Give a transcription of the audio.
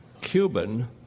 Cuban